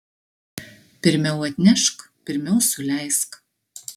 pirmiau atnešk pirmiau suleisk